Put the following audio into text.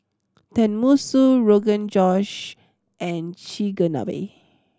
Tenmusu Rogan Josh and Chigenabe